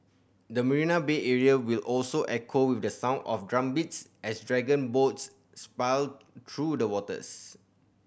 the Marina Bay area will also echo with the sound of drumbeats as dragon boats through the waters